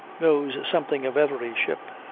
knows something of every ship.